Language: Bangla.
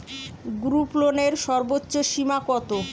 গ্রুপলোনের সর্বোচ্চ সীমা কত?